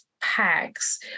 packs